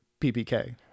ppk